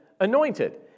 anointed